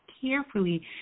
carefully